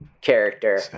character